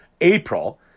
April